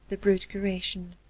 the brute creation.